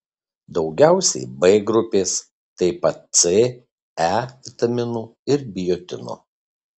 daugiausiai b grupės taip pat c e vitaminų ir biotino